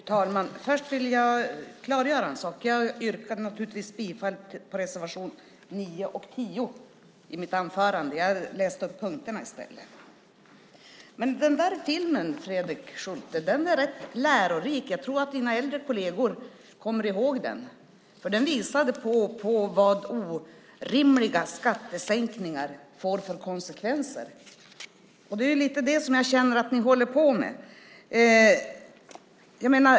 Fru talman! Jag vill först klargöra en sak. Jag yrkar naturligtvis bifall till reservationerna 9 och 10. I mitt anförande läste jag upp punkterna i stället. Den där filmen är rätt lärorik, Fredrik Schulte. Jag tror att dina äldre kolleger kommer ihåg den. Den visar vilka konsekvenser orimliga skattesänkningar får. Det är lite det jag känner att ni håller på med.